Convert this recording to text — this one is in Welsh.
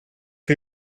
chi